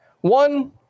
one